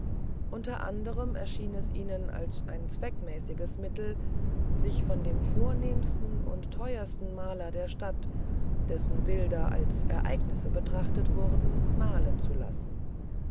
unter anderem erschien es ihnen als ein zweckmäßiges mittel sich von dem vornehmsten und teuersten maler der stadt dessen bilder als ereignisse betrachtet wurden malen zu lassen